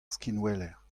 skinweler